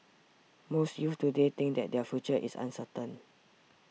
most youths today think that their future is uncertain